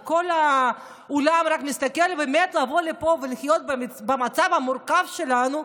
וכל העולם רק מסתכל ומת לבוא לפה ולחיות במצב המורכב שלנו,